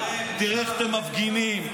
תראה איך אתם מפגינים.